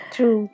True